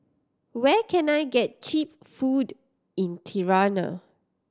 where can I get cheap food in Tirana